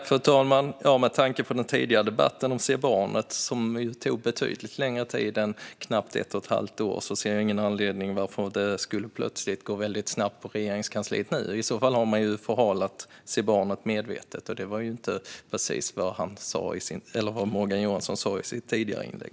Fru talman! Med tanke på den tidigare debatten om Se barnet! , som tog betydligt längre tid än knappt ett och ett halvt år, ser jag ingen anledning till att det plötsligt skulle gå väldigt snabbt på Regeringskansliet nu. I så fall har man förhalat Se barnet! medvetet, och det var inte vad Morgan Johansson sa i sitt tidigare inlägg.